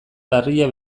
larria